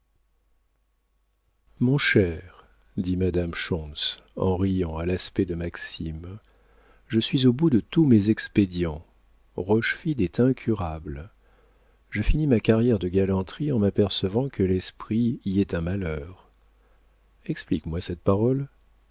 mon cher dit madame schontz en riant à l'aspect de maxime je suis au bout de tous mes expédients rochefide est incurable je finis ma carrière de galanterie en m'apercevant que l'esprit y est un malheur explique-moi cette parole